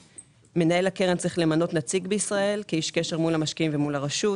מנהל הקרן צריך למנות נציג בישראל כאיש קשר מול המשקיעים ומול הרשות,